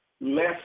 less